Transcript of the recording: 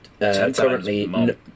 currently